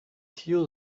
tiere